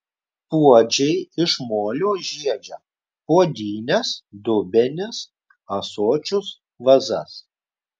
puodžiai iš molio žiedžia puodynes dubenis ąsočius vazas